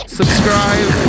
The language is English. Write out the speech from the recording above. subscribe